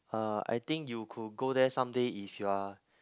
uh I think you could go there someday if you are